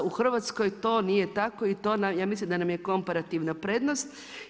U Hrvatskoj to nije tako i to ja mislim da nam je komparativna prednost.